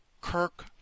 Kirk